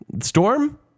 Storm